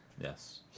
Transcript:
Yes